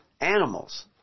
animals